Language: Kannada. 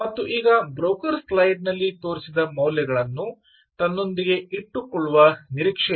ಮತ್ತು ಈಗ ಬ್ರೋಕರ್ ಸ್ಲೈಡಿನಲ್ಲಿ ತೋರಿಸಿದ ಮೌಲ್ಯಗಳನ್ನು ತನ್ನೊಂದಿಗೆ ಇಟ್ಟುಕೊಳ್ಳುವ ನಿರೀಕ್ಷೆಯಿದೆ